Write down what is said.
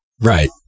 Right